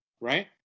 Right